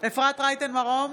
אפרת רייטן מרום,